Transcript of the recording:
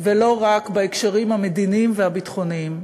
ולא רק בהקשרים המדיניים והביטחוניים.